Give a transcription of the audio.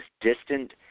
distant